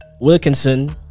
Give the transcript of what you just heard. wilkinson